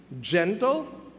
Gentle